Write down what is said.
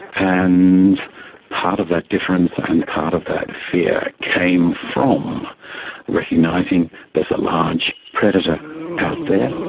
and part of that difference and part of that fear came from recognising there's a large predator out there.